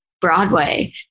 Broadway